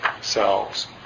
selves